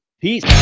Peace